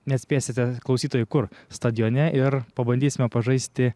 neatspėsite klausytojai kur stadione ir pabandysime pažaisti